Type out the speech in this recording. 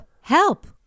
help